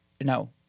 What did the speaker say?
no